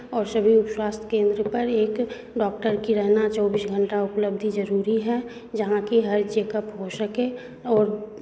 और सभी उपस्वास्थ्य केंद्र पर एक डॉक्टर किराना चौबीस घंटा उपलब्ध जरूरी है जहाँ की हर चेकअप हो सके और